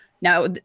Now